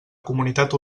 comunitat